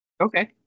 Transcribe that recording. Okay